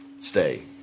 stay